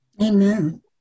Amen